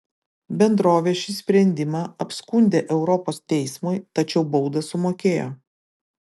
bendrovė šį sprendimą apskundė europos teismui tačiau baudą sumokėjo